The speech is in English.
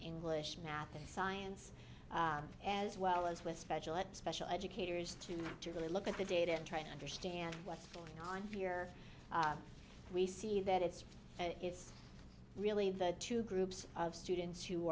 english math and science as well as with special and special educators to have to really look at the data and try to understand what's going on here we see that it's and it's really the two groups of students who